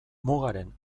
mugaren